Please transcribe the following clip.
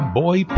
boy